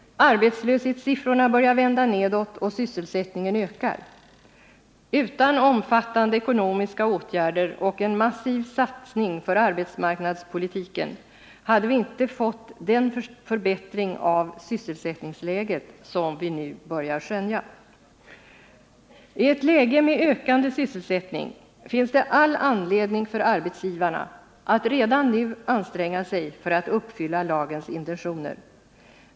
Arbetslöshetssiffrorna börjar vända nedåt och sysselsättningen ökar. Utan omfattande ekonomiska åtgärder och en massiv satsning på arbetsmarknadspolitiken hade vi inte fått den förbättring av sysselsättningsläget som vi nu börjar skönja. I ett läge med ökande sysselsättning finns det all anledning för arbetsgivarna att redan nu anstränga sig för att uppfylla lagens intentioner.